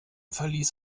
verlies